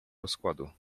rozkładu